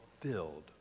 filled